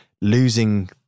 losing